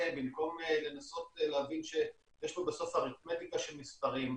במקום לנסות להבין שיש פה בסוף אריתמטיקה של מספרים,